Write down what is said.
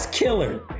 killer